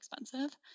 expensive